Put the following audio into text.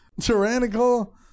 Tyrannical